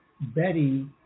Betty